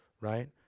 right